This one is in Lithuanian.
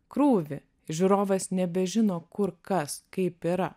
krūvį žiūrovas nebežino kur kas kaip yra